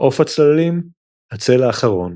מעוף הצללים הצל האחרון